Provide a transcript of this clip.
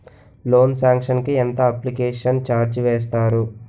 Loan sanction కి ఎంత application charge వేస్తారు?